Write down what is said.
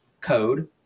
code